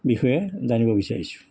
বিষয়ে জানিব বিচাৰিছোঁ